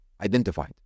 identified